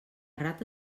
rata